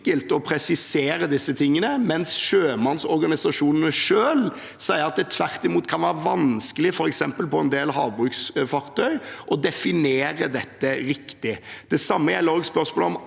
å presisere disse tingene, mens sjømannsorganisasjonene selv sier at det tvert imot kan være vanskelig, f.eks. på en del havbruksfartøy, å definere dette riktig. Det samme gjelder spørsmålet om